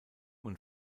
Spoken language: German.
und